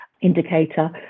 indicator